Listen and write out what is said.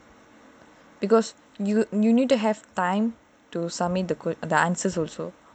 because you need to have time to submit the good the answers also